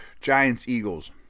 Giants-Eagles